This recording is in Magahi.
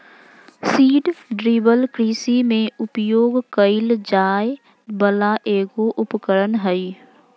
सीड ड्रिल कृषि में उपयोग कइल जाय वला एगो उपकरण हइ